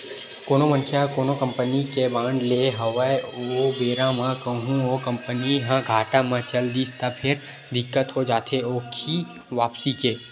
कोनो मनखे ह कोनो कंपनी के बांड लेय हवय ओ बेरा म कहूँ ओ कंपनी ह घाटा म चल दिस त फेर दिक्कत हो जाथे ओखी वापसी के